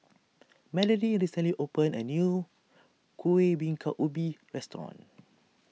Melanie recently opened a new Kueh Bingka Ubi restaurant